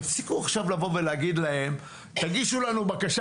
תפסיקו עכשיו לבוא ולהגיד להם: תגישו לנו בקשה